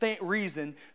reason